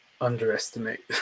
underestimate